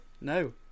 no